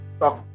talk